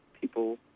people